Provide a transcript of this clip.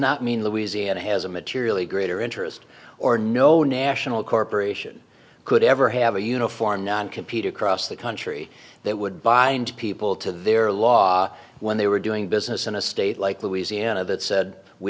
not mean louisiana has a materially greater interest or no national corporation could ever have a uniform non compete across the country that would bind people to their law when they were doing business in a state like louisiana that said we